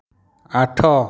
ଆଠ